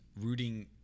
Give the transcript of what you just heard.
rooting